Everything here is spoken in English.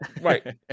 right